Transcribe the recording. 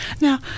Now